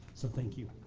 so thank you.